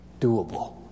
doable